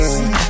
See